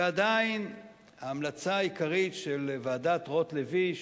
ועדיין ההמלצה העיקרית של ועדת-רוטלוי,